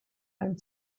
ein